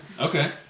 Okay